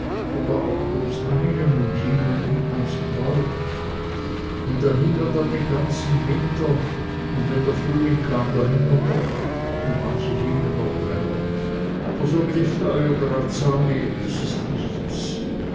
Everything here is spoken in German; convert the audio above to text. oder auch bloß einen und hingen ihn ans kreuz und da hing er denn den ganzen winter und wenn der frühling kam da hing er noch un manche hingen noch länger aber so mit efeu oder azalie das is nichts